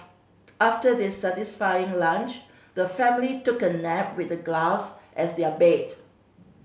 after their satisfying lunch the family took a nap with the grass as their bed